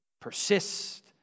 Persist